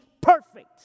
perfect